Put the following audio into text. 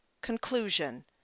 Conclusion